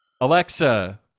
Alexa